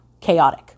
Chaotic